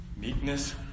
meekness